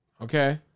Okay